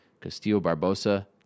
Castillo-Barbosa